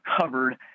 covered